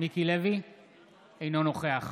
אינו נוכח